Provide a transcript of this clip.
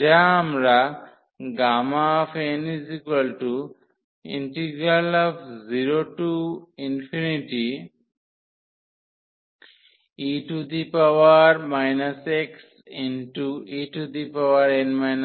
যা আমরা n0e xxn 1dx এর সংজ্ঞা অনুসারে পাই